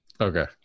okay